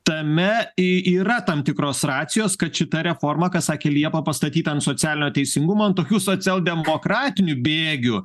tame i yra tam tikros racijos kad šita reforma ką sakė liepa pastatyta ant socialinio teisingumo ant tokių socialdemokratinių bėgių